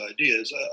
ideas